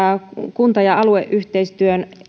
kunta ja alueyhteistyön